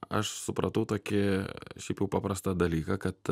aš supratau tokį šiaip jau paprastą dalyką kad